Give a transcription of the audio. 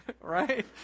Right